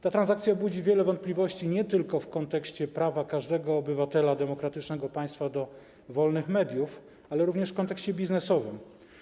Ta transakcja budzi wiele wątpliwości nie tylko w kontekście prawa każdego obywatela demokratycznego państwa do wolnych mediów, ale również w kontekście biznesowym.